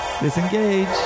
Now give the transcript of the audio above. Disengage